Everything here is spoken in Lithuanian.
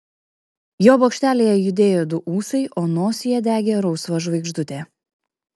jo bokštelyje judėjo du ūsai o nosyje degė rausva žvaigždutė